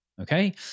okay